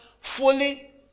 fully